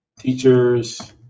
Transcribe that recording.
Teachers